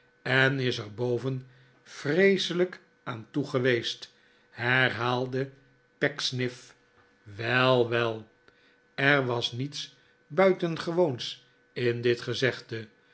en is er boven vreeselijk aan toe geweest herhaalde pecksniff wel well er was niets buitengewoons in dit gezegde